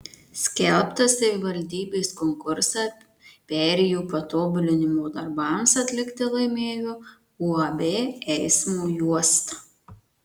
skelbtą savivaldybės konkursą perėjų patobulinimo darbams atlikti laimėjo uab eismo juosta